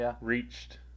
reached